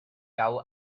gau